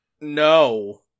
No